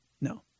No